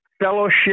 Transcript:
fellowship